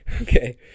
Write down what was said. okay